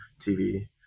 TV